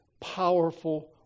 powerful